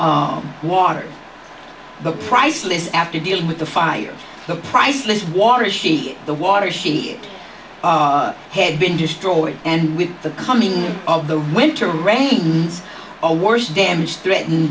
your water but priceless after dealing with the fire the priceless water is she the water she it had been destroyed and with the coming of the winter rains or worse damage threatened